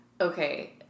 Okay